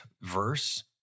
verse